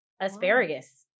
Asparagus